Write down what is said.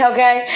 Okay